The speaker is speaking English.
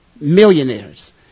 millionaires